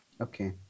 Okay